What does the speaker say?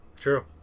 True